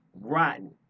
rotten